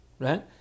Right